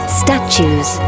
statues